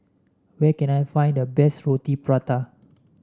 where can I find the best Roti Prata